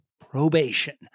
probation